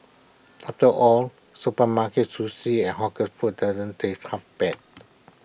after all supermarket sushi and hawker food doesn't taste half bad